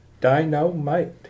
dynamite